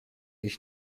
ich